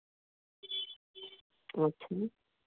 अच्छा